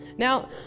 Now